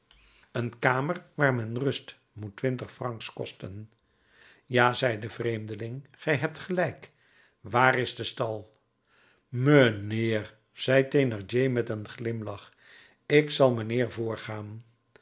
een kamer waar men rust moet twintig francs kosten ja zei de vreemdeling gij hebt gelijk waar is de stal mijnheer zei thénardier met een glimlach ik zal mijnheer voorgaan